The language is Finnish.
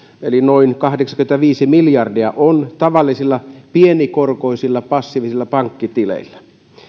eli noin kahdeksankymmentäviisi miljardia on tavallisilla pienikorkoisilla passiivisilla pankkitileillä